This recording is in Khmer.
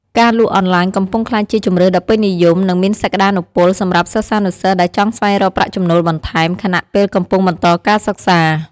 ការលក់អនឡាញកំពុងក្លាយជាជម្រើសដ៏ពេញនិយម និងមានសក្ដានុពលសម្រាប់សិស្សានុសិស្សដែលចង់ស្វែងរកប្រាក់ចំណូលបន្ថែម ខណៈពេលកំពុងបន្តការសិក្សា។